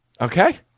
Okay